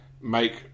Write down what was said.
make